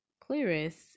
clearest